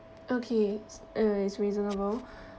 okay it is reasonable